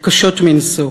קשות מנשוא.